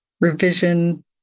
revision